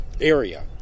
area